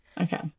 Okay